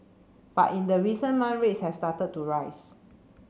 but in the recent month rates have started to rise